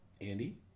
Andy